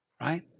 right